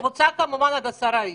קבוצה - כמובן קבוצה של עד עשרה איש.